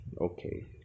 okay